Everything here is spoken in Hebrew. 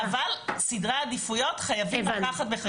סדרי העדיפויות חייבים לקחת בחשבון דברים נוספים.